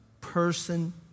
person